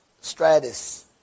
Stratus